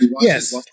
Yes